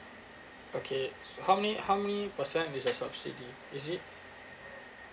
okay how many how many percent is the subsidy is it